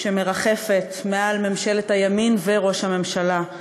שמרחפת מעל ממשלת הימין וראש הממשלה,